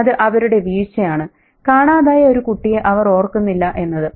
അത് അവരുടെ വീഴ്ചയാണ് കാണാതായ ഒരു കുട്ടിയെ അവർ ഓർക്കുന്നില്ല എന്നത്